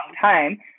time